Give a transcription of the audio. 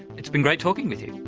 it's been great talking with you.